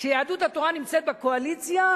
כשיהדות התורה נמצאת בקואליציה,